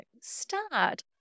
start